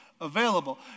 available